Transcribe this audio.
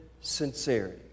sincerity